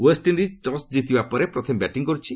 West Indies toss ଜିତିବା ପରେ ପ୍ରଥମେ ବ୍ୟାଟିଂ କରୁଛି